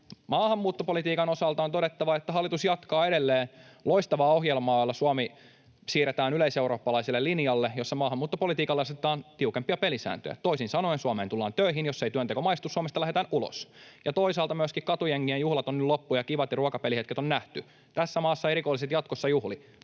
Maahanmuuttopolitiikan osalta on todettava, että hallitus jatkaa edelleen loistavaa ohjelmaa, jolla Suomi siirretään yleiseurooppalaiselle linjalle, jossa maahanmuuttopolitiikalle asetetaan tiukempia pelisääntöjä. Toisin sanoen Suomeen tullaan töihin, ja jos ei työnteko maistu, Suomesta lähdetään ulos. Toisaalta myöskin katujengien juhlat ovat nyt loppu ja kivat ruoka- ja pelihetket on nyt nähty. Tässä maassa eivät rikolliset jatkossa juhli.